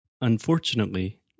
Unfortunately